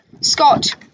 Scott